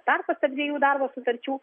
tarpas tarp dviejų darbo sutarčių